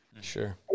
Sure